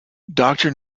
doctor